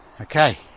Okay